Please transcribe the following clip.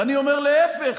ואני אומר: להפך,